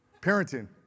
Parenting